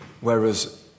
Whereas